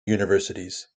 universities